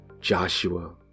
Joshua